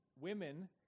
women